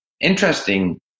interesting